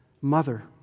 Mother